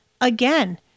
again